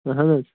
اہَن حظ